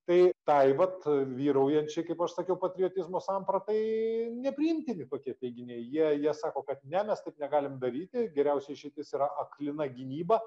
tai tai vat vyraujančiai kaip aš sakiau patriotizmo sampratai nepriimtini tokie teiginiai jie jie sako kad ne mes taip negalim daryti geriausia išeitis yra aklina gynyba